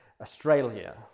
Australia